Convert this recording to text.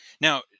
Now